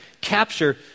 Capture